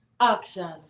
Action